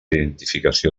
identificació